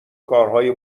کارهای